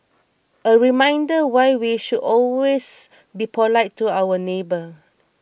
a reminder why we should always be polite to our neighbours